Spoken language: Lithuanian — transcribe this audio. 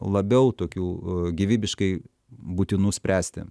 labiau tokių gyvybiškai būtinų spręsti